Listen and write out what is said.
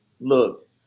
look